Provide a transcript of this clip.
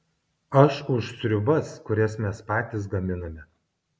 aš už sriubas kurias mes patys gaminame